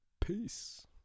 Peace